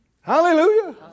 Hallelujah